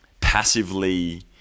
passively